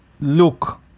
look